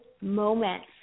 moment